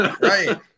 right